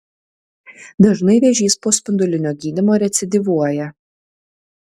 dažnai vėžys po spindulinio gydymo recidyvuoja